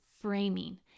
framing